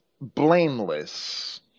blameless